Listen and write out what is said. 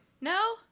No